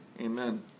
Amen